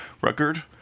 record